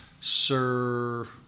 Sir